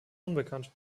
unbekannt